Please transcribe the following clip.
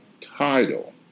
title